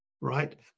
right